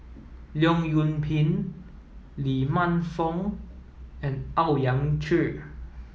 Leong Yoon Pin Lee Man Fong and Owyang Chi